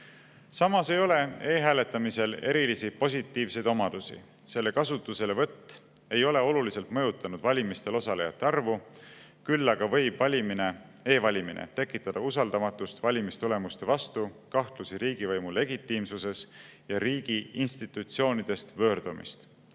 Samas ei ole e-hääletamisel erilisi positiivseid omadusi. Selle kasutuselevõtt ei ole oluliselt mõjutanud valimistel osalejate arvu, küll aga võib e-valimine tekitada usaldamatust valimistulemuste vastu, kahtlusi riigivõimu legitiimsuses ja riigi institutsioonidest võõrdumist.